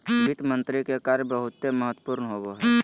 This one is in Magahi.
वित्त मंत्री के कार्य बहुते महत्वपूर्ण होवो हय